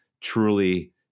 truly